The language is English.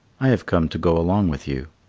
i have come to go along with you.